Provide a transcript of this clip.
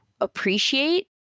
appreciate